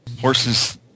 horses